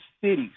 cities